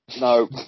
No